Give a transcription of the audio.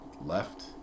left